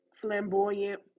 flamboyant